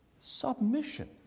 Submission